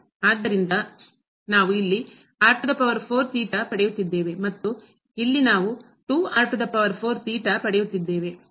ಆದ್ದರಿಂದ ನಾವು ಇಲ್ಲಿ ಪಡೆಯುತ್ತಿದ್ದೇವೆ ಮತ್ತು ಇಲ್ಲಿ ನಾವು ಪಡೆಯುತ್ತಿದ್ದೇವೆ